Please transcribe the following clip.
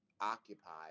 occupied